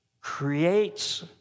creates